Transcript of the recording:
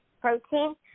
protein